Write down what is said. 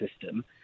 system